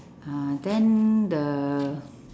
uh then the